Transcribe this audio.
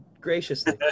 graciously